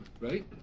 Right